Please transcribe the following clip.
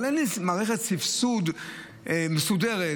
אבל אין מערכת סבסוד מסודרת.